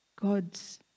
gods